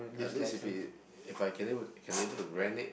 at least if we if I can able to can able to rent it